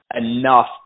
enough